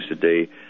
today